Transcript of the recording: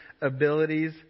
abilities